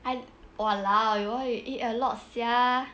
I !walao! why you eat a lot sia